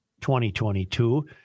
2022